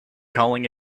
calling